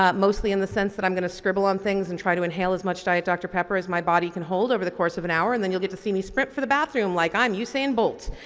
ah mostly in the sense that i'm going to scribble on things and try to inhale as much diet dr. pepper as my body can hold over the course of an hour and then you'll get to see me sprint for the bathroom like i'm usain bolt.